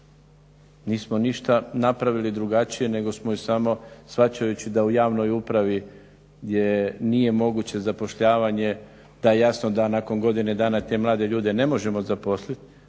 Nismo ništa napravili drugačije nego smo je samo shvaćajući da u javnoj upravi gdje nije moguće zapošljavanje da je jasno da nakon godine dana te mlade ljude ne možemo zaposliti